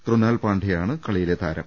ക്രുനാൽ പാണ്ഡ്യയാണ് കളിയിലെ താരം